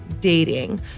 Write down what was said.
Dating